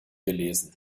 gelesen